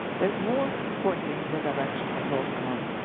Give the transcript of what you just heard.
there is more pointing in the direction of roosterman.